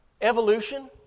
evolution